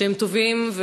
שהם טובים,